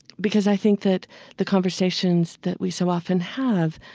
because i think that the conversations that we so often have,